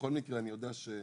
בכל מקרה, אני יודע שנותנים